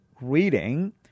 reading